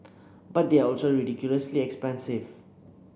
but they are also ridiculously expensive